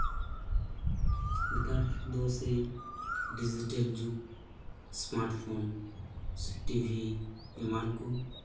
ᱱᱮᱛᱟᱨ ᱫᱚ ᱥᱮᱭ ᱰᱤᱡᱤᱴᱮᱞ ᱡᱩᱜᱽ ᱮᱥᱢᱟᱴᱼᱯᱷᱳᱱ ᱥᱮ ᱴᱤᱵᱷᱤ ᱮᱢᱟᱱ ᱠᱚ